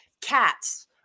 Cats